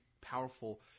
powerful